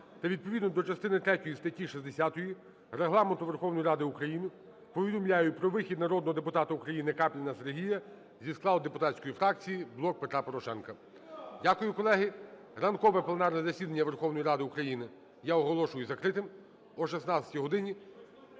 та відповідно до частини третьої статті 60 Регламенту Верховної Ради України повідомляю про вихід народного депутата України Капліна Сергія зі складу депутатської фракції "Блок Петра Порошенка". Дякую, колеги. Ранкове пленарне засідання Верховної Ради України я оголошую закритим. О 16 годині